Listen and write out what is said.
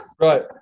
Right